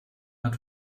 hat